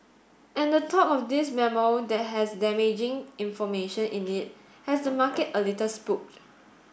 and the talk of this memo that has damaging information in it has the market a little spooked